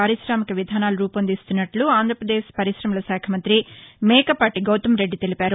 పారితామిక విధానాలు రూపొందిస్తున్నట్లు ఆంధ్రప్రదేశ్ పర్కాశమల శాఖ మంతి మేకపాటి గౌతమ్రెడ్డి తెలిపారు